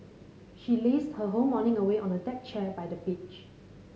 she lazed her whole morning away on a deck chair by the beach